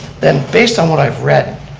then based on what i've read,